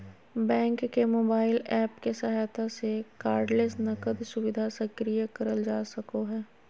bank के mobile app के सहायता से कार्डलेस नकद सुविधा सक्रिय करल जा सको हय